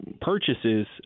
purchases